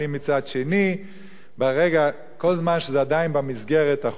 כל זמן שזה עדיין במסגרת החוקית ובמסגרת מערכות החוק,